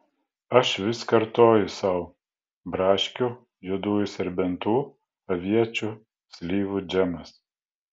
aš vis kartoju sau braškių juodųjų serbentų aviečių slyvų džemas